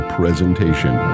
presentation